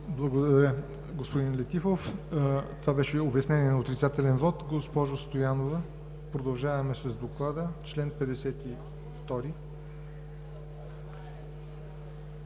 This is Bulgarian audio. Благодаря Ви, господин Летифов. Това беше обяснение на отрицателен вот. Госпожо Стоянова, продължаваме с чл. 52